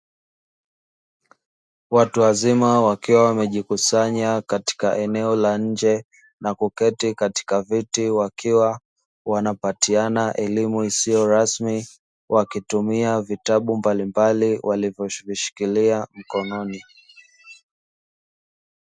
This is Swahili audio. Watu wazima wakiwa wamejikusanya katika eneo la nje na kuketi katika viti wakiwa wanapatiana elimu isiyo rasmi, wakitumia vitabu mbalimbali walivyoshikilia mkononi.